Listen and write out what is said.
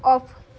off